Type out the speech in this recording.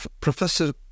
Professor